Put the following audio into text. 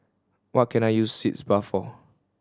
what can I use Sitz Bath for